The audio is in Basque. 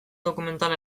dokumentala